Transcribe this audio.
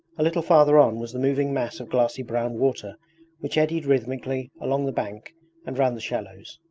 a little farther on was the moving mass of glassy brown water which eddied rhythmically along the bank and round the shallows.